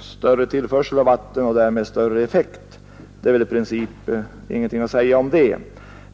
större tillförsel av vatten och därmed större effekt. I princip är ingenting att säga om detta.